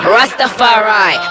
Rastafari